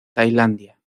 tailandia